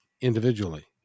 individually